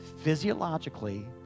physiologically